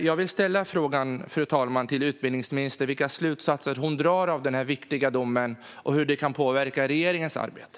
Jag vill, fru talman, fråga utbildningsministern vilka slutsatser hon drar av denna viktiga dom och hur den kan påverka regeringens arbete.